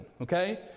okay